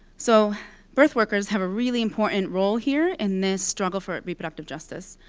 so birth workers have a really important role here in this struggle for reproductive justice.